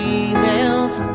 emails